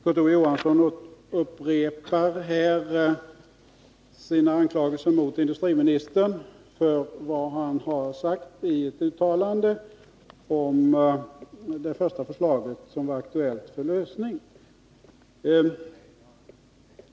Kurt Ove Johansson upprepar här sina anklagelser mot industriministern för vad denne har sagt i ett uttalande om det första förslaget till lösning.